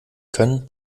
können